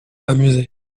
amusé